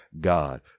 God